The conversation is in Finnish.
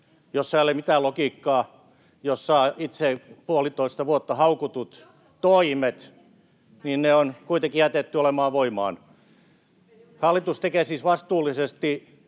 joissa ei ole mitään logiikkaa ja joissa itse puolitoista vuotta haukutut toimet on kuitenkin jätetty voimaan. Hallitus tekee siis vastuullisesti